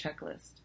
checklist